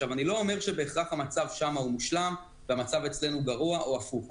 אני לא אומר שבהכרח המצב שם הוא מושלם והמצב אצלנו גרוע או הפוך.